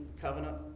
covenant